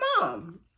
Mom